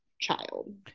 child